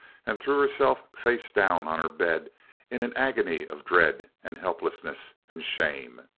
and threw herself face down on her bed in an agony of dread, and helplessness, and shame.